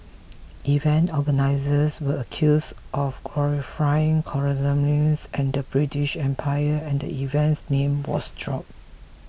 event organizers were accused of glorifying colonialism and the British Empire and the event's name was dropped